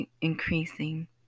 increasing